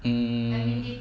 mm